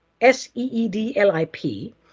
S-E-E-D-L-I-P